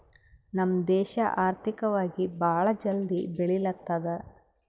ನಮ್ ದೇಶ ಆರ್ಥಿಕವಾಗಿ ಭಾಳ ಜಲ್ದಿ ಬೆಳಿಲತ್ತದ್